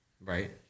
Right